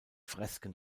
fresken